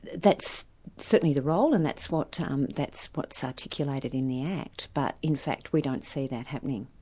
that's certainly the role, and that's what's um that's what's articulated in the act, but in fact we don't see that happening.